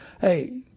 hey